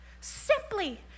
simply